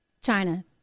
China